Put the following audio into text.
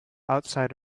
outside